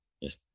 yes